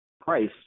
price